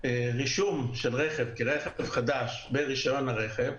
רישום של רכב כרכב חדש ברישיון הרכב,